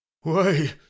Why